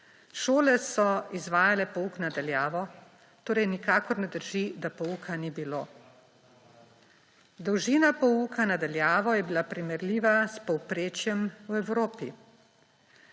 Šole so izvajale pouk na daljavo. Torej nikakor ne drži, da pouka ni bilo. Dolžina pouka na daljavo je bila primerljiva s povprečjem v Evropi.